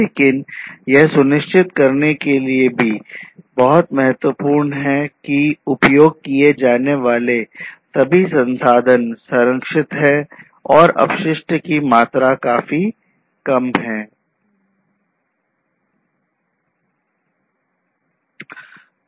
लेकिन यह सुनिश्चित करने के लिए भी बहुत महत्वपूर्ण है कि उपयोग किए जाने वाले सभी संसाधन संरक्षित हैं और अपशिष्ट की मात्रा काफी कम हो गई है